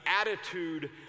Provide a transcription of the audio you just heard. attitude